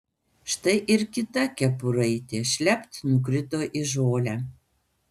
štai ir kita kepuraitė šlept nukrito į žolę